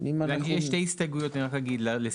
בעד ההסתייגויות?